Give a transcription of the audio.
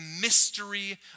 mystery